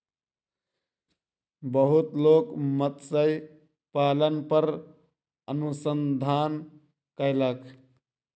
बहुत लोक मत्स्य पालन पर अनुसंधान कयलक